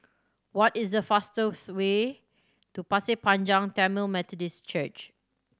what is the fastest way to Pasir Panjang Tamil Methodist Church